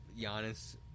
Giannis